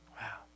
Wow